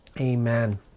Amen